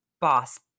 boss